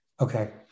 okay